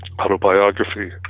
autobiography